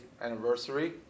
anniversary